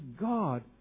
God